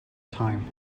time